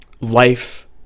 life